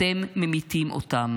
אתם ממיתים אותם.